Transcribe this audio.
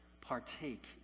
partake